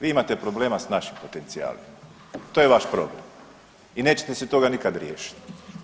Vi imate problema s našim potencijalima, to je vaš problem i nećete se toga nikad riješit.